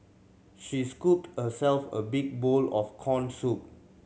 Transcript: she scooped herself a big bowl of corn soup